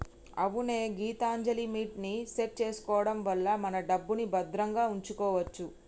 అవునే గీతాంజలిమిట్ ని సెట్ చేసుకోవడం వల్ల మన డబ్బుని భద్రంగా ఉంచుకోవచ్చు